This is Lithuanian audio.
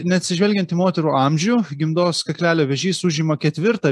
neatsižvelgiant į moterų amžių gimdos kaklelio vėžys užima ketvirtą